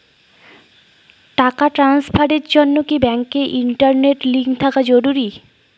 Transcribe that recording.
টাকা ট্রানস্ফারস এর জন্য কি ব্যাংকে ইন্টারনেট লিংঙ্ক থাকা জরুরি?